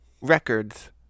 Records